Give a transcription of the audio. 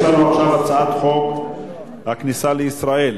הצעת חוק הכניסה לישראל